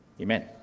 Amen